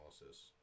analysis